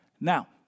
Now